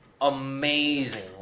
amazing